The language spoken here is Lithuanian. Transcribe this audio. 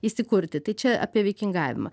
įsikurti tai čia apie vikingavimą